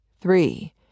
three